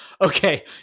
Okay